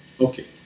Okay